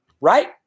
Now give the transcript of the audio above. right